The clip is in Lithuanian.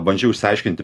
bandžiau išsiaiškinti